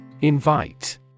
Invite